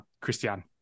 Christian